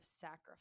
Sacrifice